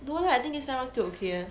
no leh I think this time round still okay